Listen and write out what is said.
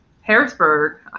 Harrisburg